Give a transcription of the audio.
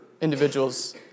individuals